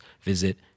visit